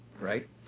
Right